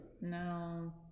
no